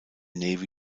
navy